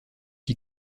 qui